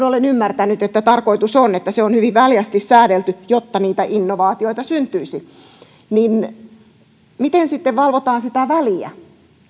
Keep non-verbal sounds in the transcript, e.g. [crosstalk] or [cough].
[unintelligible] olen ymmärtänyt että tarkoitus on että se on hyvin väljästi säädelty jotta niitä innovaatioita syntyisi niin miten sitten valvotaan sitä väliä